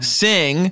sing